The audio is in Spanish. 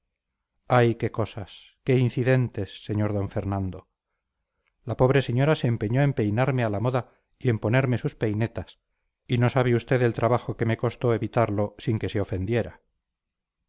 ay qué cosas qué incidentes sr d fernando la pobre señora se empeñó en peinarme a la moda y en ponerme sus peinetas y no sabe usted el trabajo que me costó evitarlo sin que se ofendiera